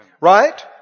right